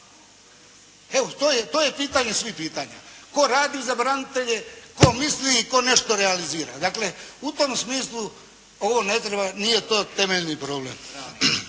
Evo to je pitanje svih pitanja. Tko radi za branitelje, tko misli i tko nešto realizira. Dakle u tom smislu ovo ne treba, nije to temeljni problem.